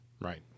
Right